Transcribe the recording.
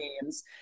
games